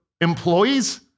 employees